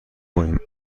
کنیم